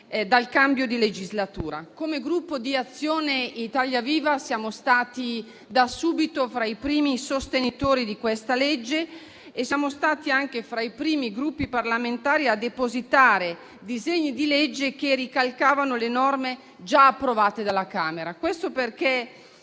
dal cambio di legislatura. Come Gruppo Azione-Italia Viva siamo stati da subito fra i primi sostenitori di questo provvedimento e siamo stati anche fra i primi Gruppi parlamentari a depositare disegni di legge che ricalcavano le norme già approvate dalla Camera. Questo perché